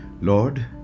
Lord